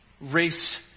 race